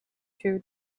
two